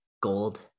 gold